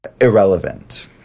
irrelevant